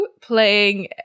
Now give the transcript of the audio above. Playing